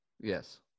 Yes